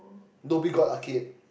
Dhoby-Ghaut arcade